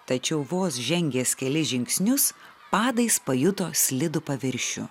tačiau vos žengęs kelis žingsnius padais pajuto slidų paviršių